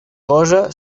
cosa